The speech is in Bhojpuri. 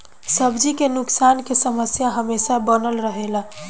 सब्जी के नुकसान के समस्या हमेशा बनल रहेला